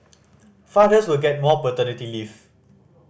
fathers will get more paternity leave